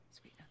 Sweet